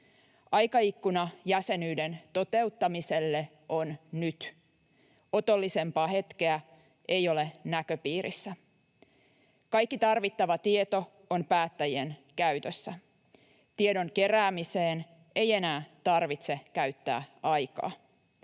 Aikaikkuna jäsenyyden toteuttamiselle on nyt. Otollisempaa hetkeä ei ole näköpiirissä. Kaikki tarvittava tieto on päättäjien käytössä. Tiedon keräämiseen ei enää tarvitse käyttää aikaa.